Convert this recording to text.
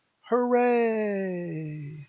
Hooray